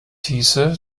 hieße